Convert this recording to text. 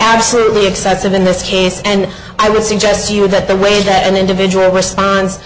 absolutely excessive in this case and i would suggest to you that the way that an individual responds